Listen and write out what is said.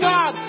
God